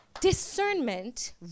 Discernment